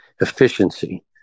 efficiency